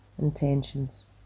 intentions